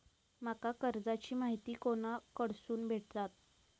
माका कर्जाची माहिती कोणाकडसून भेटात?